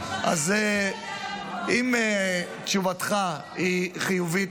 אז אם תשובתך היא חיובית,